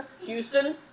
Houston